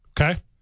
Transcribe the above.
Okay